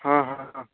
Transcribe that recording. हाँ हाँ हाँ